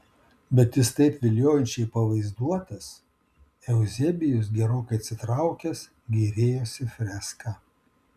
bet jis taip viliojančiai pavaizduotas euzebijus gerokai atsitraukęs gėrėjosi freska